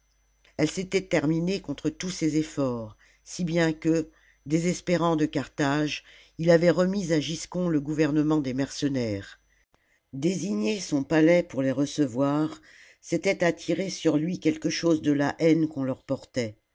elle s'était terminée contre tous ses efixjrts si bien que désespérant de carthage il avait remis à giscon le gouvernement des mercenaires désigner son palais pour les recevoir c'était attirer sur lui quelque chose de la haine qu'on leur portait